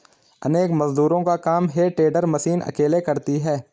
अनेक मजदूरों का काम हे टेडर मशीन अकेले करती है